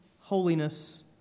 holiness